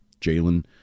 Jalen